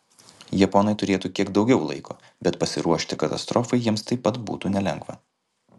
japonai turėtų kiek daugiau laiko bet pasiruošti katastrofai jiems taip pat būtų nelengva